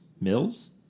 Mills